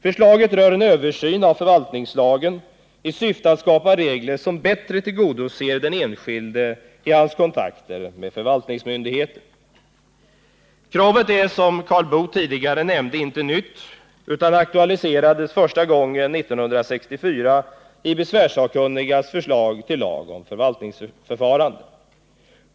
Förslaget rör en översyn av förvaltningslagen i syfte att skapa regler som bättre tillgodoser den enskilde i hans kontakter med förvaltningsmyndigheter. Kravet är, som Karl Boo tidigare nämnde, inte nytt, utan det aktualiserades första gången 1964 i besvärssakkunnigas förslag till lag om förvaltningsförfarande.